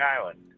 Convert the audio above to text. Island